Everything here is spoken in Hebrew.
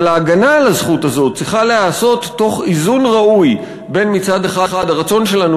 אבל ההגנה על הזכות הזאת צריכה להיעשות תוך איזון ראוי בין הרצון שלנו